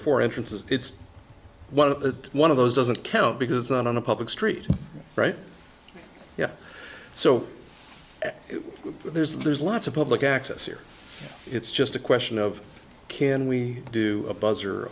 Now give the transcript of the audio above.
four entrances it's one of the one of those doesn't count because on a public street right yeah so there's there's lots of public access here it's just a question of can we do a buzzer